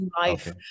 life